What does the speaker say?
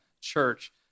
church